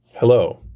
Hello